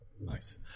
Nice